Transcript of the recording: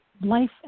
life